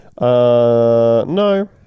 no